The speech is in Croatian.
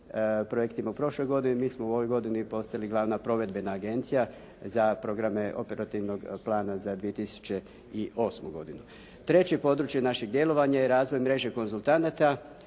projektima u prošloj godini mi smo u ovoj godini postali glavna provedbena agencija za programe operativnog plana za 2008. godinu. Treće područje našeg djelovanja je razvoj mreže konzultanata